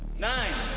nine.